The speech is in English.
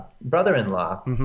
brother-in-law